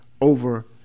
over